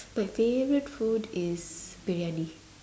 my favourite food is briyani